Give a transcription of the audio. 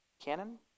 canon